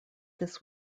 this